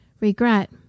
Regret